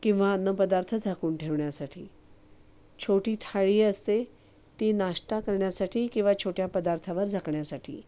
किंवा अन्नपदार्थ झाकून ठेवण्यासाठी छोटी थाळी असते ती नाश्ता करण्यासाठी किंवा छोट्या पदार्थावर झाकण्यासाठी